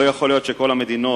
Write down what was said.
לא יכול להיות שכל המדינות,